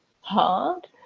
hard